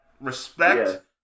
Respect